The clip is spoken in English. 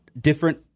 different